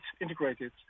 integrated